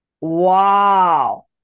wow